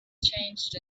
changed